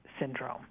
syndrome